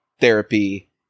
therapy